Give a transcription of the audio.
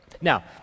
Now